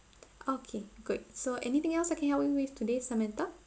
okay good so anything else I can help you with today samantha